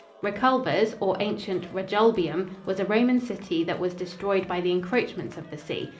reculvers, or ancient regulbium, was a roman city that was destroyed by the encroachments of the sea.